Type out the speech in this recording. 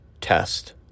test